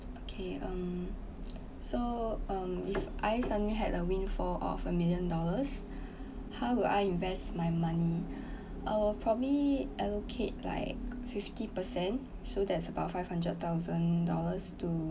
okay um so um if I suddenly had a win for of a million dollars how will I invest my money uh probably allocate like fifty percent so that's about five hundred thousand dollars to